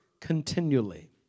continually